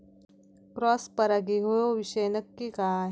Cross परागी ह्यो विषय नक्की काय?